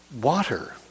Water